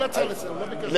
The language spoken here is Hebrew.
לא הצעה לסדר-היום,